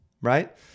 right